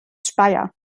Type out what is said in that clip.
speyer